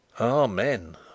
Amen